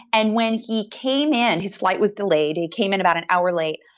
and when he came in, his flight was delayed. he came in about an hour late.